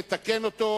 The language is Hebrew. לתקן אותו,